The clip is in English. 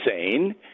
insane